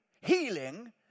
healing